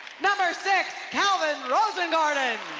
number six, kalvyn rosengarten.